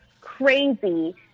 crazy